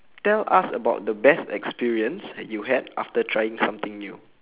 tell us about the best experience that you had after trying something new